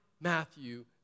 Matthew